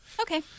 Okay